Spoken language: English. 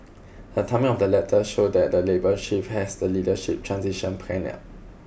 the timing of the letters showed that Labour Chief has the leadership transition planned out